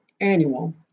annual